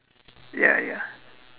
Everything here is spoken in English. ya ya